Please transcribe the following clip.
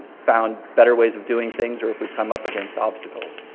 found better ways of doing things, or if we've come up against obstacles.